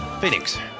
Phoenix